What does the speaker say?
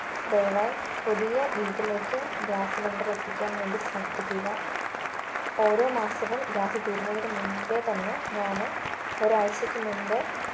ദയവായി പുതിയ വീട്ടിലേക്ക് ഗ്യാസ് സിലണ്ടര് എത്തിക്കാന് വേണ്ടി ശ്രദ്ധിക്കുക ഓരോ മാസവും ഗ്യാസ് തീരുന്നതിന് മുന്പേതന്നെ ഞാൻ ഒരാഴ്ച്ചക്ക് മുന്പേ